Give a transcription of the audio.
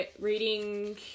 reading